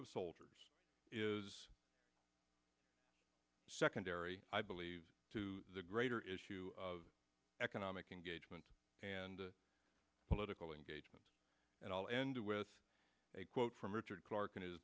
of soldiers is secondary i believe to the greater issue of economic engagement and political engagement and i'll end with a quote from richard clarke in his